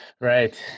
Right